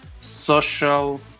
social